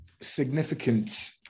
significant